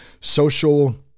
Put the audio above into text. social